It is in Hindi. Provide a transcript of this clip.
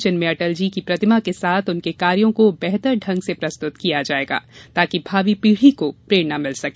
जिनमें अटल जी की प्रतिमा के साथ उनके कार्यों को बेहतर ढंग से प्रस्तुत किया जायेगा ताकि भावी पीढ़ी को प्रेरणा मिल सके